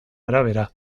arabera